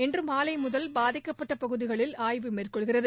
இன்று மாலை முதல் பாதிக்கப்பட்ட பகுதிகளில் ஆய்வு மேற்கொள்கிறது